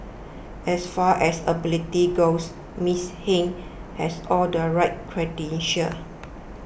as far as ability goes Ms Hing has all the right credentials